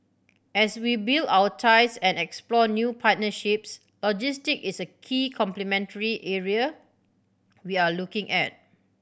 as we build our ties and explore new partnerships logistic is a key complementary area we are looking at